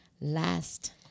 last